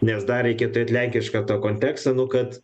nes dar reikia turėt lenkišką tą kontekstą nu kad